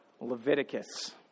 Leviticus